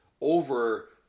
over